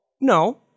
No